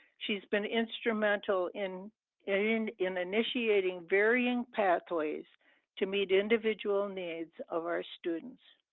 she's been instrumental in in in initiating varying pathways to meet individual needs of our students.